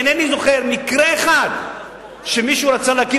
אינני זוכר מקרה אחד שמישהו רצה להקים